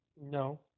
No